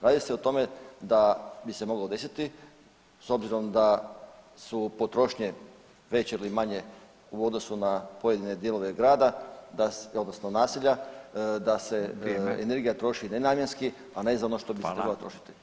Radi se o tome da bi se moglo desiti s obzirom da su potrošnje veće ili manje u odnosu na pojedine dijelove grada odnosno naselja da se energija troši nenamjenski, a ne za ono za što bi se trebala trošiti.